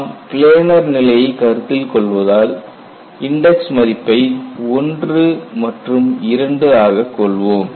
நாம் பிளேனர் நிலையை கருத்தில் கொள்வதால் இன்டெக்ஸ் மதிப்பை 1 மற்றும் 2 ஆக கொள்வோம்